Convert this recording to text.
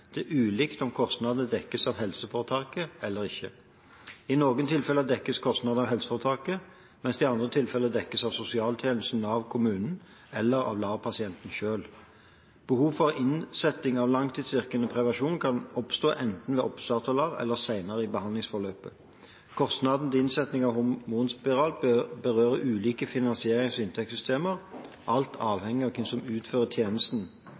det er ulikt om kostnaden dekkes av helseforetaket eller ikke. I noen tilfeller dekkes kostnaden av helseforetaket, mens den i andre tilfeller dekkes av sosialtjenesten, Nav, kommunen eller av LAR-pasienten selv. Behovet for innsetting av langtidsvirkende prevensjon kan oppstå enten ved oppstart av LAR eller senere i behandlingsforløpet. Kostnader til innsetting av hormonspiral berører ulike finansierings- og inntektssystemer, alt avhengig av hvem som utfører tjenesten